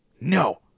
no